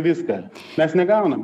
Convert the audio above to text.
viską mes negaunam